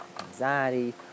anxiety